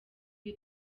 iyo